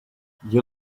you